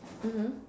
mmhmm